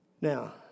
Now